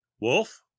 Wolf